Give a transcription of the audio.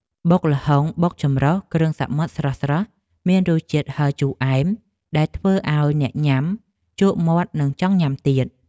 បុកល្ហុងបុកចម្រុះគ្រឿងសមុទ្រស្រស់ៗមានរសជាតិហឹរជូរអែមដែលធ្វើឱ្យអ្នកញ៉ាំជក់មាត់និងចង់ញ៉ាំទៀត។